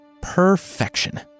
Perfection